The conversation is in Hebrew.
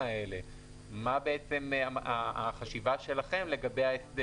אני מהלשכה המשפטית, רשות הגז הטבעי.